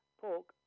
pork